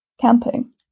camping